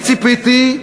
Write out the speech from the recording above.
ואני ציפיתי,